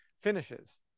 finishes